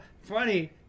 funny